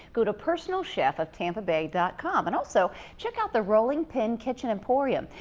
go to personalchefoftampabay dot com and also check out the rolling pin kitchen emporium.